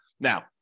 Now